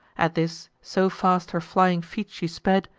at this, so fast her flying feet she sped,